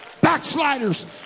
Backsliders